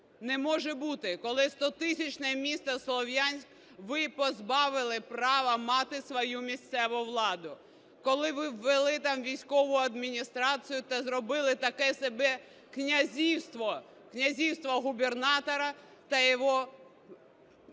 Не може бути, коли стотисячне місто Слов'янськ ви позбавили права мати свою місцеву владу, коли ви ввели там військову адміністрацію та зробили таке собі князівство, князівство губернатора та його